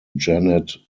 janet